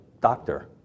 doctor